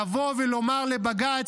לבוא ולומר לבג"ץ: